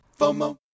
FOMO